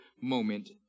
moment